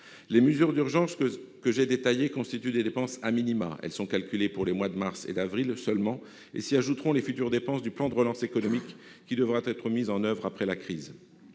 Les mesures d'urgence que j'ai détaillées constituent des dépenses : elles sont calculées pour les mois de mars et d'avril, mais s'y ajouteront les futures dépenses du plan de relance économique qui devra être mis en oeuvre après la crise.